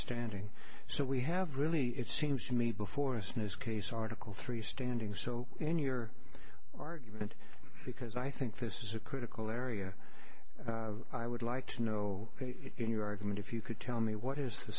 standing so we have really it seems to me before this news case article three standing so in your argument because i think this is a critical area i would like to know in your argument if you could tell me what is the